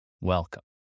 Welcome